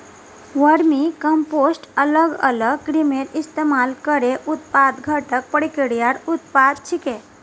vermicompost अलग अलग कृमिर इस्तमाल करे अपघटन प्रक्रियार उत्पाद छिके